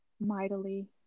mightily